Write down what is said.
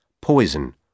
Poison